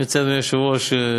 אני מציע, אדוני היושב-ראש,